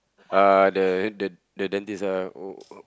uh the the the dentist uh